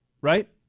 right